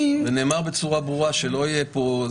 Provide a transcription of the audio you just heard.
ונאמר בצורה ברורה שלא יהיה פה,